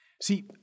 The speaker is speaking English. See